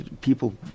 People